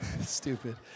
stupid